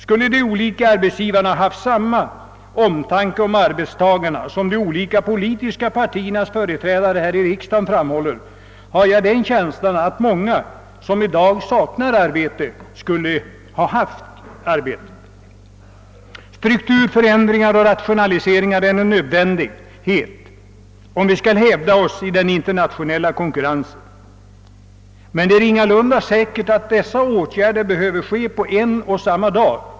Skulle de olika arbetsgivarna haft samma omtanke om arbetstagarna som de olika partiernas företrädare i riksdagen har jag den känslan att många, som i dag saknar arbete, skulle ha haft arbete. Strukturförändringar och rationaliseringar är en nödvändighet om vi skall hävda oss i den internationella konkurrensen, men det är ingalunda givet att åtgärderna måste ske på en och samma dag.